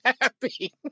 happy